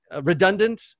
redundant